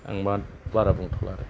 आं बारा बुंथ'ला आरो